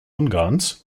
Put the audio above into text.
ungarns